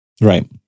Right